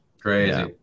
Crazy